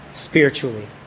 Spiritually